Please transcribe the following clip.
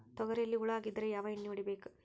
ತೊಗರಿಯಲ್ಲಿ ಹುಳ ಆಗಿದ್ದರೆ ಯಾವ ಎಣ್ಣೆ ಹೊಡಿಬೇಕು?